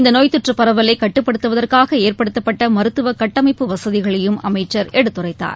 இந்த நோய் தொற்று பரவலை கட்டப்படுத்துவதற்காக ஏற்படுத்தப்பட்ட மருத்துவ கட்டமைப்பு வசதிகளையும் அமைச்சர் எடுத்துரைத்தார்